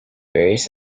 various